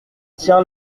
tiens